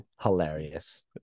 hilarious